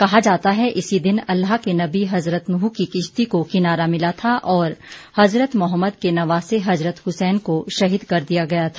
कहा जाता है इसी दिन अल्लाह के नबी हज़रत नूह की किश्ती को किनारा मिला था और हज़रत मोहम्मद के नवासे हज़रत हुसैन को शहीद कर दिया गया था